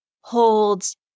holds